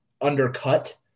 undercut